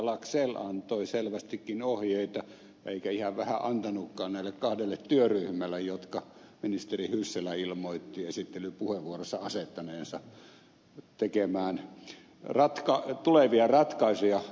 laxell antoi selvästikin ohjeita eikä ihan vähän antanutkaan näille kahdelle työryhmälle jotka ministeri hyssälä ilmoitti esittelypuheenvuorossa asettaneensa tekemään tulevia ratkaisuja